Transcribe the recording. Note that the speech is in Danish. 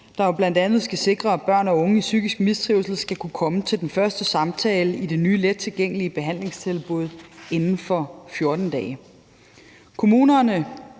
der jo bl.a. skal sikre, at børn og unge i psykisk mistrivsel skal kunne komme til den første samtale i det nye lettilgængelige behandlingstilbud inden for 14 dage.